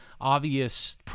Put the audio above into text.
obvious